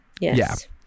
Yes